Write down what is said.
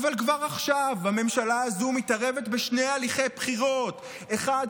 אבל כבר עכשיו הממשלה הזו מתערבת בשני הליכי בחירות: האחד,